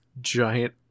Giant